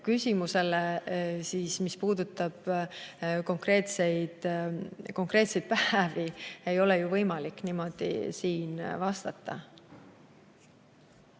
küsimusele, mis puudutab konkreetseid päevi, ei ole ju võimalik siin niimoodi vastata.